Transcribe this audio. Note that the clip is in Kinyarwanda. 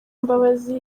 mbabazi